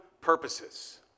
purposes